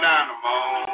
animal